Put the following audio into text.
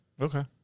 Okay